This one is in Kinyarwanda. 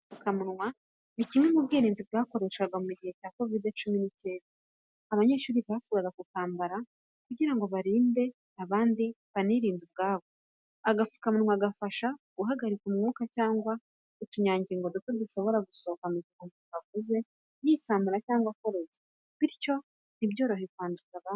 Kwambara agapfukamunwa ni kimwe mu bwirinzi bwakoreshwaga mu gihe cya kovide cumi n'icyenda, abanyeshuri basabwaga kukambara kugira ngo barinde abandi ndetse banirinde ubwabo. Agapfukamunwa gafasha guhagarika umwuka cyangwa utunyangingo duto dushobora gusohoka mu gihe umuntu avuze, yitsamuye cyangwa akoroye, bityo ntibyorohe kwanduza abandi.